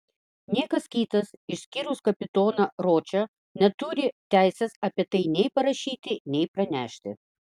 niekas kitas išskyrus kapitoną ročą neturi teisės apie tai nei parašyti nei pranešti